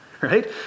right